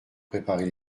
préparer